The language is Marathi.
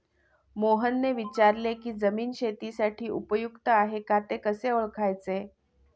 मोहनने विचारले की जमीन शेतीसाठी उपयुक्त आहे का ते कसे ओळखायचे?